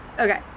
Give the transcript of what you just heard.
Okay